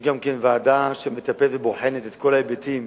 יש ועדה שמטפלת ובוחנת את כל ההיבטים